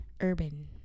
urban